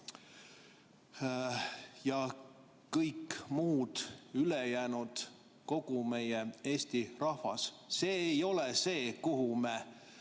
ja kõik muud, ülejäänud, kogu meie Eesti rahvas. See ei ole see, kuhu me